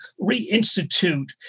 reinstitute